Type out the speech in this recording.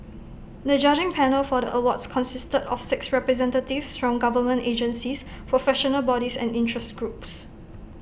the judging panel for the awards consisted of six representatives from government agencies professional bodies and interest groups